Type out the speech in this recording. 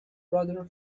brother